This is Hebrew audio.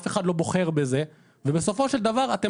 אף אחד לא בוחר בזה ובסופו של דבר אתם